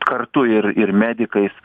kartu ir ir medikais